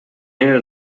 hair